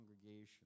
congregation